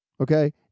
okay